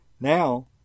Now